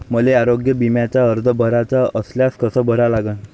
मले आरोग्य बिम्याचा अर्ज भराचा असल्यास कसा भरा लागन?